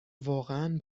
واقعا